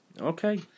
okay